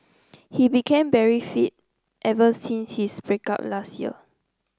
he became very fit ever since his break up last year